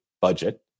budget